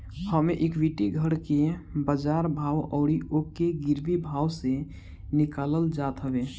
होमे equity घर के बाजार भाव अउरी ओके गिरवी भाव से निकालल जात हवे